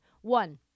One